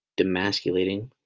Demasculating